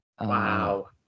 Wow